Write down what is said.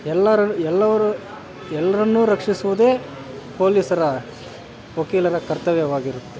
ಎಲ್ಲರ ಎಲ್ಲವ್ರು ಎಲ್ಲರನ್ನೂ ರಕ್ಷಿಸುವುದೇ ಪೋಲೀಸರ ವಕೀಲರ ಕರ್ತವ್ಯವಾಗಿರುತ್ತೆ